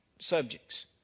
subjects